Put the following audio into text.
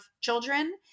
children